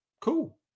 Cool